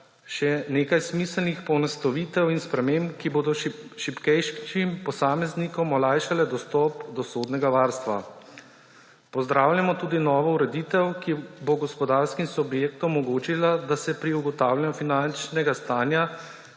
še nekaj smiselnih poenostavitev in sprememb, ki bodo šibkejšim posameznikom olajšale dostop do sodnega varstva. Pozdravljamo tudi novo ureditev, ki bo gospodarskim subjektom omogočila, da se pri ugotavljanju finančnega stanja